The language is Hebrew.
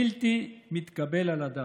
בלתי מתקבל על הדעת.